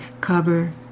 cover